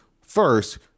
first